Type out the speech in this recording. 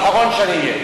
ושאני אהיה אחרון.